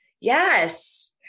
Yes